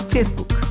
Facebook